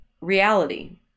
reality